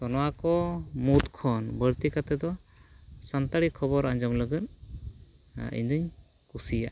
ᱱᱚᱣᱟ ᱠᱚ ᱢᱩᱫ ᱠᱷᱚᱱ ᱵᱟᱹᱲᱛᱤ ᱠᱟᱛᱮᱫ ᱫᱚ ᱥᱟᱱᱛᱟᱲᱤ ᱠᱷᱚᱵᱚᱨ ᱟᱸᱡᱚᱢ ᱞᱟᱹᱜᱤᱫ ᱤᱧᱫᱩᱧ ᱠᱩᱥᱤᱭᱟᱜᱼᱟ